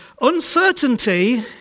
Uncertainty